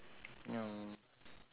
ya